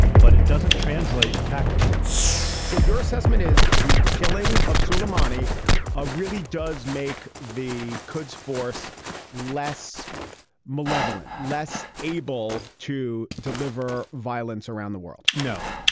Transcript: but it doesn't translate tactically so your assessment is the killing of suleimani ah really does make the quds force less malevolent, less able to deliver violence around the world? no,